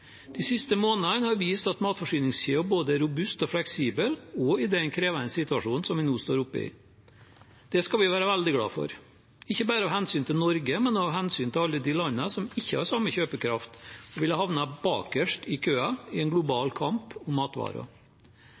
De siste månedene har vist at matforsyningskjeden er både robust og fleksibel, også i den krevende situasjonen vi nå står oppe i. Det skal vi være veldig glad for, ikke bare av hensyn til Norge, men også av hensyn til alle de landene som ikke har så stor kjøpekraft, og som ville havnet bakerst i køen i en global kamp om matvarer.